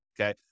okay